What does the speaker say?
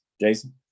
Jason